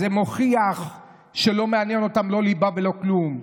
אז זה מוכיח שלא מעניין אותם לא ליבה ולא כלום.